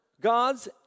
gods